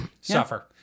Suffer